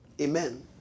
Amen